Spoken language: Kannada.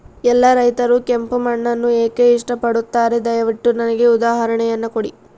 ಎಲ್ಲಾ ರೈತರು ಕೆಂಪು ಮಣ್ಣನ್ನು ಏಕೆ ಇಷ್ಟಪಡುತ್ತಾರೆ ದಯವಿಟ್ಟು ನನಗೆ ಉದಾಹರಣೆಯನ್ನ ಕೊಡಿ?